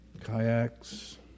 kayaks